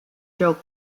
joke